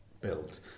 built